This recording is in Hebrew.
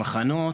מחנות,